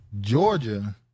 Georgia